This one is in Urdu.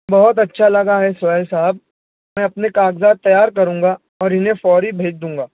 بہت اچھا لگا ہے سہیل صاحب میں اپنے کاغذات تیار کروں گا اور انہیں فوری بھیج دوں گا